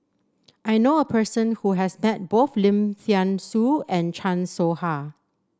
I knew a person who has met both Lim Thean Soo and Chan Soh Ha